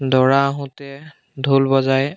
দৰা আহোঁতে ঢোল বজাই